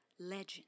Legend